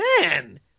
man